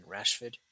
Rashford